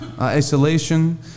isolation